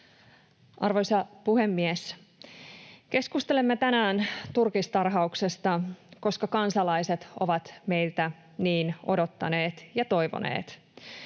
Arvoisa puhemies! Keskustelemme tänään turkistarhauksesta, koska kansalaiset ovat meiltä niin odottaneet ja toivoneet.